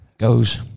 goes